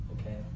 Okay